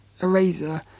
eraser